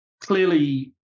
clearly